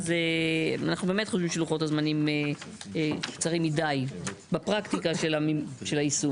אנחנו באמת חושבים שלוחות הזמנים קצרים מדי בפרקטיקה של היישום.